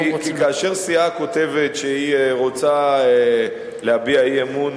כי כאשר סיעה כותבת שהיא רוצה להביע אי-אמון